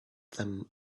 them